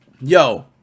Yo